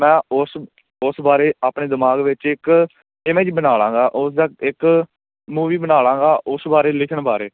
ਮੈਂ ਉਸ ਉਸ ਬਾਰੇ ਆਪਣੇ ਦਿਮਾਗ ਵਿੱਚ ਇੱਕ ਇਮੇਜ ਬਣਾ ਲਵਾਂਗਾ ਉਸ ਦਾ ਇੱਕ ਮੂਵੀ ਬਣਾ ਲਵਾਂਗਾ ਉਸ ਬਾਰੇ ਲਿਖਣ ਬਾਰੇ